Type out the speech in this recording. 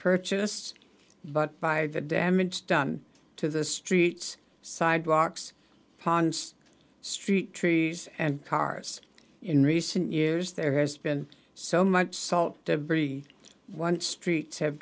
purchased but by the damage done to the streets sidewalks ponds street trees and cars in recent years there has been so much salt debris one streets have